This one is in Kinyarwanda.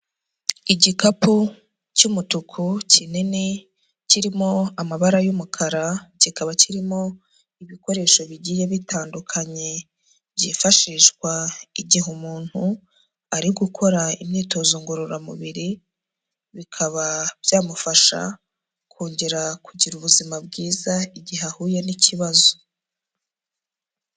Igikapu cy'umutuku, kinini, kirimo amabara y'umukara, kikaba kirimo ibikoresho bigiye bitandukanye, byifashishwa igihe umuntu ari gukora imyitozo ngororamubiri, bikaba byamufasha kongera kugira ubuzima bwiza igihe ahuye n'ikibazo.